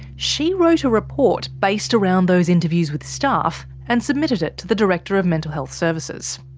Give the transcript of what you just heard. she wrote a report based around those interviews with staff and submitted it to the director of mental health services.